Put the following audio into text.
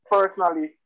Personally